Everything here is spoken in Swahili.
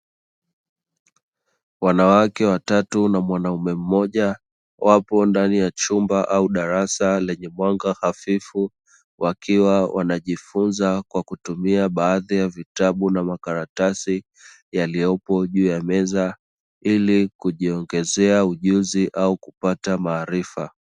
Wanawake watatu na mwanaume mmoja, wapo ndani ya chumba au darasa lenye mwanga hafifu, wakiwa wanajifunza kwa kutumia baadhi ya vitabu na makaratasi yaliyopo juu ya meza, ili kujiongezea ujuzi au kupata maarifa.